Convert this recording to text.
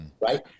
right